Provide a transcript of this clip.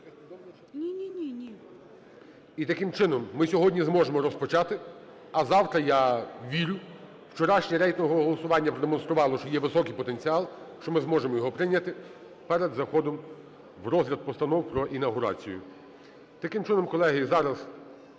І, таким чином, ми сьогодні зможемо розпочати, а завтра, я вірю, вчорашнє рейтингове голосування продемонструвало, що є високий потенціал, що ми зможемо його прийняти перед заходом в розгляд постанов про інавгурацію. Таким чином, колеги, зараз